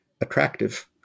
attractive